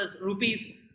rupees